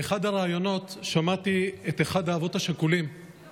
באחד הראיונות שמעתי את אחד האבות השכולים,